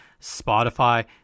Spotify